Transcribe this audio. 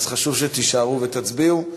אז חשוב שתישארו ותצביעו,